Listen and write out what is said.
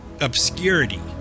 obscurity